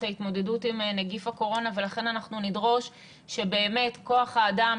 ההתמודדות עם נגיף הקורונה ולכן אנחנו נדרוש שבאמת כוח האדם